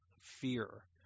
fear